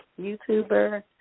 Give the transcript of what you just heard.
YouTuber